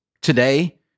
Today